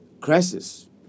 crisis